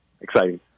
exciting